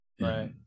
Right